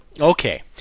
Okay